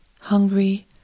hungry